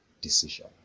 decision